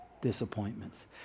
disappointments